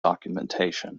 documentation